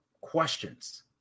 questions